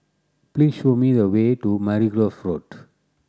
please show me the way to Margoliouth Road